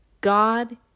God